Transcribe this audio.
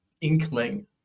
inkling